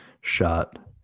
shot